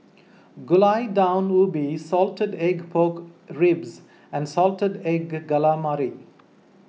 Gulai Daun Ubi Salted Egg Pork Ribs and Salted Egg Calamari